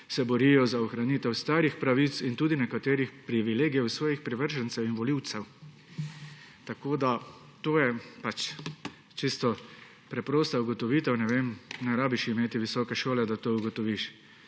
borijo za ohranitev starih pravic in tudi nekaterih privilegijev svojih privržencev in volivcev. To je čisto preprosta ugotovitev. Ne rabiš imeti visoke šole, da to ugotoviš.